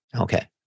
okay